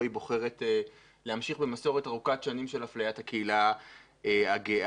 היא בוחרת להמשיך במסורת ארוכת שנים של אפליית הקהילה הגאה.